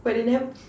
but they nev~